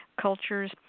cultures